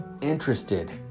interested